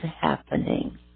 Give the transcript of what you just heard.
happening